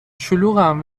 شلوغن